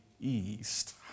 east